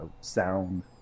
sound